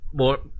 more